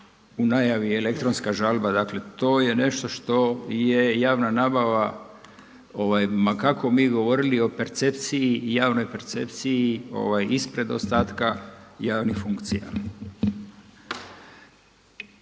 u najavi i elektronska žalba. Dakle, to je nešto što je javna nabava ma kako mi govorili o percepciji, javnoj percepciji ispred ostatka javnih funkcija.